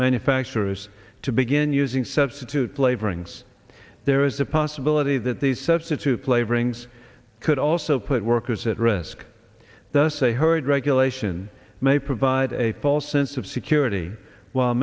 manufacturers to begin using substitute flavorings there is a possibility that the substitute flavorings could also put workers at risk thus a hurried regulation may provide a false sense of security w